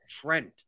Trent